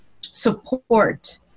support